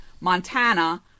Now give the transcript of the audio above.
Montana